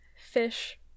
fish